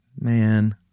man